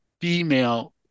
female